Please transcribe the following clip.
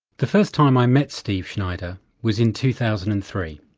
the first time i met steve schneider was in two thousand and three.